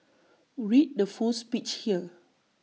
read the full speech here